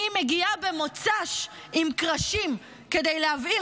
היא מגיעה במוצ"ש עם קרשים כדי להבעיר